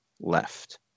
left